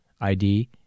ID